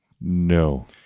no